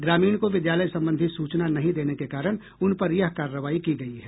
ग्रामीण को विद्यालय संबंधी सूचना नहीं देने के कारण उन पर यह कार्रवाई की गयी है